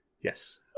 Yes